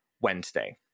Wednesday